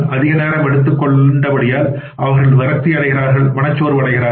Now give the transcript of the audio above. அதிக நேரம் எடுத்துக் கொண்ட படியால் அவர்கள் விரக்தியடைகிறார்கள்மனச்சோர்வடைகிறார்கள்